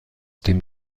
dem